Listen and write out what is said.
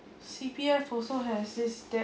C_P_F also has this debt